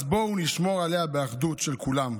אז בואו נשמור עלייה באחדות של כולם,